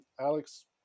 Alex